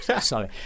Sorry